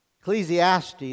Ecclesiastes